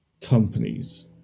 companies